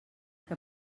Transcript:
que